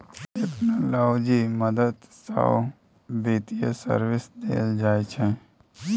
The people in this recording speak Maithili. टेक्नोलॉजी मदद सँ बित्तीय सर्विस देल जाइ छै